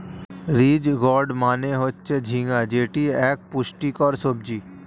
ridge gourd মানে হচ্ছে ঝিঙ্গা যেটি এক পুষ্টিকর সবজি